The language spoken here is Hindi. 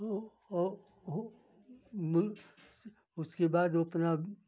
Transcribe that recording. वो मिल उसके बाद वो अपना